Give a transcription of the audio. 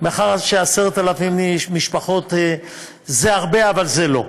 מאחר ש-10,000 משפחות זה הרבה אבל זה לא,